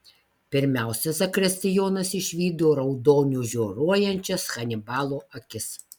pirmiausia zakristijonas išvydo raudoniu žioruojančias hanibalo akis